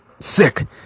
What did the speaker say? sick